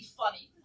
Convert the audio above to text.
funny